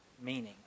meaning